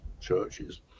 churches